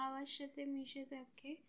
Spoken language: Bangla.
হাওয়ার সাথে মিশে থাকে